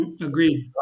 Agreed